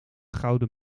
gouden